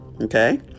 Okay